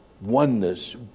oneness